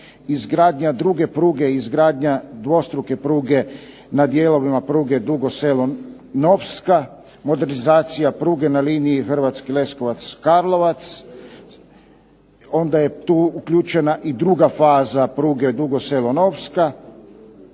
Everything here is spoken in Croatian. izgradnja duge pruge i izgradnja dvostruke pruge na dijelovima pruge Dugo Selo – Novska. Modernizacija pruge na liniji Hrvatski Leskovac – Karlovac. Onda je tu uključena i druga faza pruge Dugo Selo – Novska.